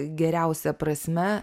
geriausia prasme